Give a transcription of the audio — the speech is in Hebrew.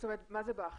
מה זה בך?